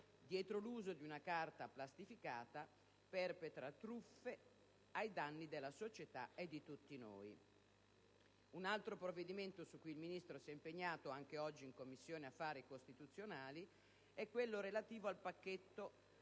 dietro l'uso di una carta plastificata, perpetra truffe ai danni della società e di tutti noi. Un altro provvedimento su cui il Ministro si è impegnato anche oggi nelle Commissioni affari costituzionali e giustizia è quello relativo al pacchetto